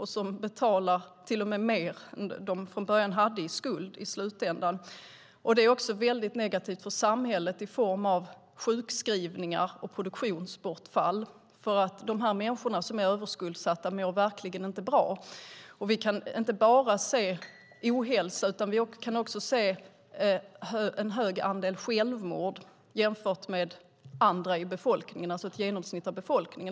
I slutändan kan man till och med få betala mer än man från början hade i skuld, men det är också väldigt negativt för samhället i form av sjukskrivningar och produktionsbortfall. De människor som är överskuldsatta mår verkligen inte bra. Vi kan inte bara se ohälsa, utan vi kan också se en hög andel självmord jämfört med ett genomsnitt av befolkningen.